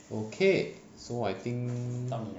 okay so I think